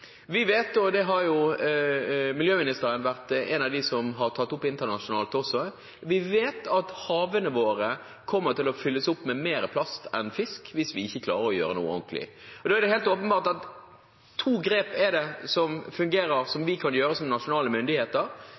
opp internasjonalt, at havene våre kommer til å fylles opp med mer plast enn fisk hvis vi ikke klarer å gjøre noe ordentlig. Det er helt åpenbart to grep som fungerer, og som vi kan gjøre som nasjonale myndigheter.